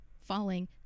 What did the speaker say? falling